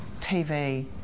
TV